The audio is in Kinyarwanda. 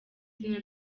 izina